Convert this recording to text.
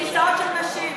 כיסאות של נשים.